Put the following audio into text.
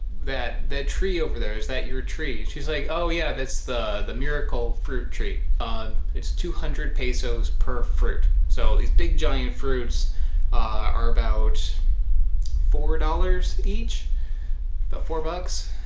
that the tree over there, is that your tree? she's like oh, yeah, that's the the miracle fruit tree. um it's two hundred pesos per fruit. so these big, giant fruits are about four dollars each about four bucks,